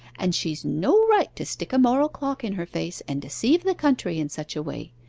and she's no right to stick a moral clock in her face, and deceive the country in such a way.